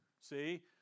See